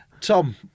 Tom